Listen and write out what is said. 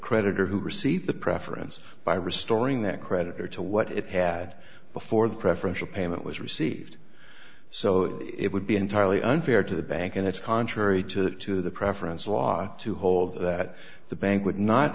creditor who received the preference by restoring that creditor to what it had before the preferential payment was received so it would be entirely unfair to the bank and it's contrary to to the preference law to hold that the ban